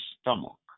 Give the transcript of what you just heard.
stomach